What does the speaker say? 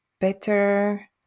Better